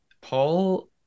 Paul